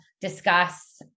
discuss